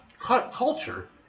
culture